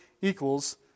equals